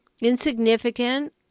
insignificant